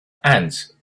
ants